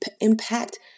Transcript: impact